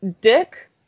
Dick